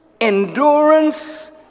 endurance